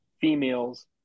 females